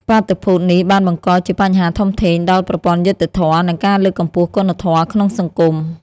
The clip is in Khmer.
បាតុភូតនេះបានបង្កជាបញ្ហាធំធេងដល់ប្រព័ន្ធយុត្តិធម៌ និងការលើកកម្ពស់គុណធម៌ក្នុងសង្គម។